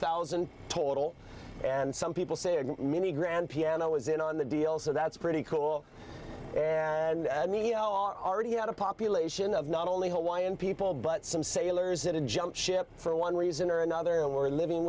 thousand total and some people say a mini grand piano was in on the deal so that's pretty cool and i mean you know already had a population of not only hawaiian people but some sailors in a jump ship for one reason or another and were living